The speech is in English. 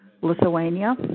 Lithuania